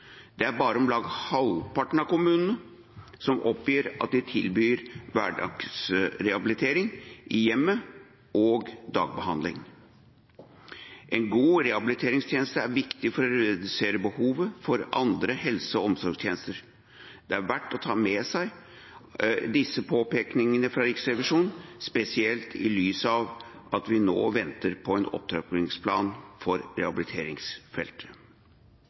Det er bare om lag halvparten av kommunene som oppgir at de tilbyr hverdagsrehabilitering i hjemmet og dagbehandling. En god rehabiliteringstjeneste er viktig for å redusere behovet for andre helse- og omsorgstjenester. Det er verdt å ta med seg disse påpekningene fra Riksrevisjonen, spesielt i lys av at vi nå venter på en opptrappingsplan for rehabiliteringsfeltet.